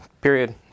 period